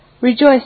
Rejoice